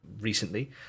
recently